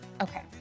Okay